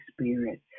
Spirit